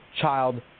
child